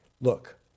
Look